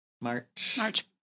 March